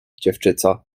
dziewczyco